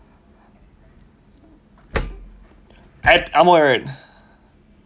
at amoy right